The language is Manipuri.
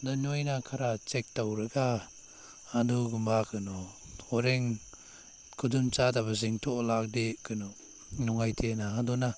ꯑꯗꯨ ꯅꯣꯏꯅ ꯈꯔ ꯆꯦꯛ ꯇꯧꯔꯒ ꯑꯗꯨꯒꯨꯝꯕ ꯀꯩꯅꯣ ꯍꯣꯔꯦꯟ ꯈꯨꯗꯣꯡꯆꯥꯗꯕꯁꯤꯡ ꯊꯣꯛꯂꯛꯑꯗꯤ ꯀꯩꯅꯣ ꯅꯨꯡꯉꯥꯏꯇꯦꯅ ꯑꯗꯨꯅ